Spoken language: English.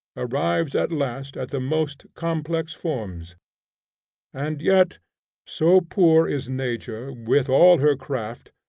arrives at last at the most complex forms and yet so poor is nature with all her craft,